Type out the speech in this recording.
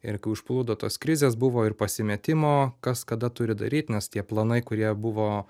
ir kai užplūdo tos krizės buvo ir pasimetimo kas kada turi daryt nes tie planai kurie buvo